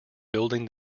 building